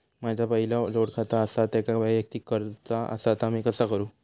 माझा पहिला जोडखाता आसा त्याका वैयक्तिक करूचा असा ता मी कसा करू?